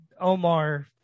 omar